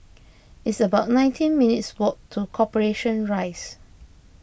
it's about nineteen minutes' walk to Corporation Rise